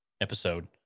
episode